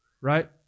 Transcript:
right